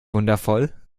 wundervoll